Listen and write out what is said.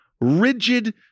rigid